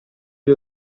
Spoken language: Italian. gli